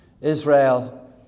israel